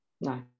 No